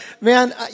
man